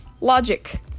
logic